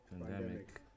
Pandemic